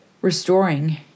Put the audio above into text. restoring